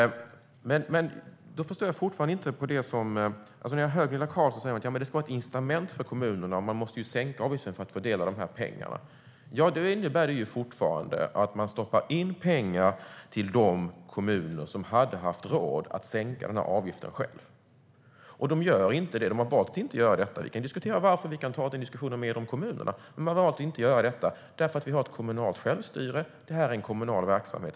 Gunilla Carlsson säger att det ska vara fråga om ett incitament för kommunerna, och avgifterna måste sänkas för att fördela pengarna. Det innebär fortfarande att man stoppar in pengar till de kommuner som hade haft råd att sänka avgifterna själva. De gör inte det. De har valt att inte göra detta. Vi kan diskutera varför med kommunerna, men de har valt att inte göra så eftersom det råder ett kommunalt självstyre och det här är en kommunal verksamhet.